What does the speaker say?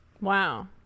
wow